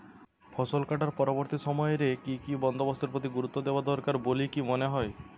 ফসলকাটার পরবর্তী সময় রে কি কি বন্দোবস্তের প্রতি গুরুত্ব দেওয়া দরকার বলিকি মনে হয়?